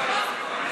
אין בעיה.